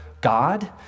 God